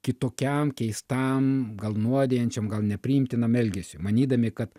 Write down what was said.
kitokiam keistam gal nuodijančiam gal nepriimtinam elgesiui manydami kad